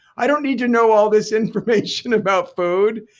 i don't need to know all this information about food.